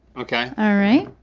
okay. all right,